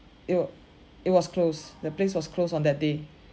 it w~ it was closed the place was closed on that day